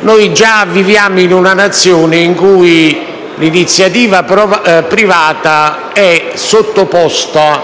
noi già viviamo in una Nazione in cui l'iniziativa privata è sottoposta